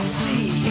see